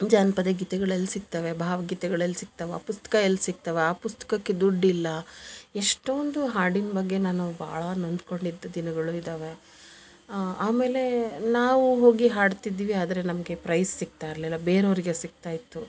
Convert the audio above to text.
ಜಾನಪದ ಗೀತೆಗಳೆಲ್ಲಿ ಸಿಗ್ತವೆ ಭಾವ ಗೀತೆಗಳೆಲ್ಲಿ ಸಿಗ್ತವೆ ಆ ಪುಸ್ತಕ ಎಲ್ಲಿ ಸಿಗ್ತವೆ ಆ ಪುಸ್ತಕಕ್ಕೆ ದುಡ್ಡಿಲ್ಲ ಎಷ್ಟೊಂದು ಹಾಡಿನ ಬಗ್ಗೆ ನಾನು ಭಾಳ ನೊಂದ್ಕೊಂಡಿದ್ದ ದಿನಗಳು ಇದ್ದಾವೆ ಆಮೇಲೆ ನಾವು ಹೋಗಿ ಹಾಡ್ತಿದ್ವಿ ಆದರೆ ನಮಗೆ ಪ್ರೈಸ್ ಸಿಕ್ತಾಯಿರಲಿಲ್ಲ ಬೆರೋರಿಗೆ ಸಿಕ್ತಾಯಿತ್ತು